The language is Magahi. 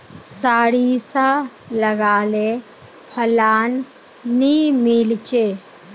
सारिसा लगाले फलान नि मीलचे?